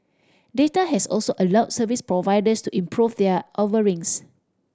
data has also allowed service providers to improve their offerings